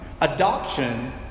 Adoption